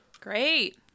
Great